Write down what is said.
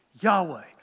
Yahweh